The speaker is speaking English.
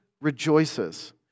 rejoices